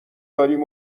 داریم